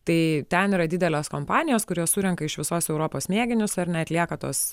tai ten yra didelės kompanijos kurios surenka iš visos europos mėginius ar ne atlieka tuos